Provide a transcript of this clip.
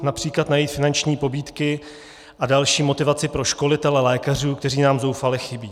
Například najít finanční pobídky a další motivaci pro školitele lékařů, kteří nám zoufale chybí.